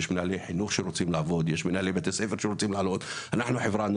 יש מנהלי בית ספר שרוצים לעבוד ויש מנהלי חינוך שרוצים לעבוד.